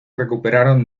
recuperaron